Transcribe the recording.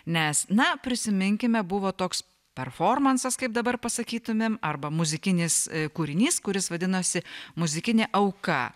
nes na prisiminkime buvo toks performansas kaip dabar pasakytumėm arba muzikinis kūrinys kuris vadinosi muzikinė auka